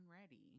ready